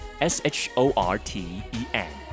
s-h-o-r-t-e-n